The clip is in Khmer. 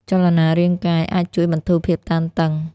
ចលនារាងកាយអាចជួយបន្ធូរភាពតានតឹង។